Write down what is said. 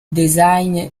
design